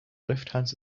lufthansa